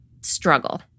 struggle